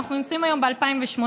אנחנו נמצאים היום ב-2018,